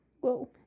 Whoa